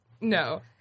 no